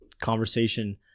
conversation